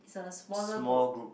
it's a smaller boat